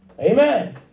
Amen